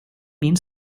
min